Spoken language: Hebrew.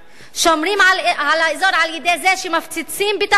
שומרים על האזור על-ידי זה שמפציצים בטהרן,